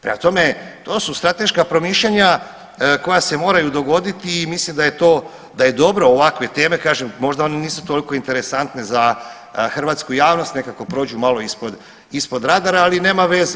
Prema tome, to su strateška promišljanja koja se moraju dogoditi i mislim da je to, da je dobro ovakve teme kažem možda one nisu toliko interesantne za hrvatsku javnost, nekako prođu malo ispod, ispod radara, ali nema veze.